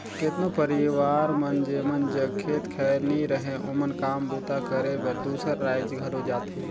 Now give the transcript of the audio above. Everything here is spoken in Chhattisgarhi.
केतनो परिवार मन जेमन जग खेत खाएर नी रहें ओमन काम बूता करे बर दूसर राएज घलो जाथें